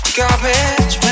garbage